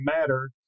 matter